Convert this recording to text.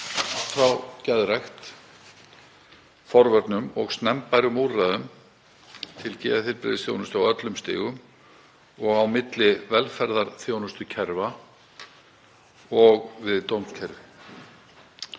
frá geðrækt, forvörnum og snemmbærum úrræðum til geðheilbrigðisþjónustu á öllum stigum og á milli velferðarþjónustukerfa og við dómskerfið.